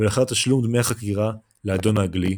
לאחר תשלום דמי החכירה לאדון האנגלי,